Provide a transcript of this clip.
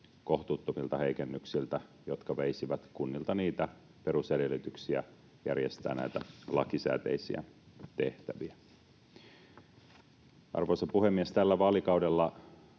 kohtuuttomilta heikennyksiltä, jotka veisivät kunnilta niitä perusedellytyksiä järjestää näitä lakisääteisiä tehtäviä. Arvoisa puhemies! Tällä vaalikaudella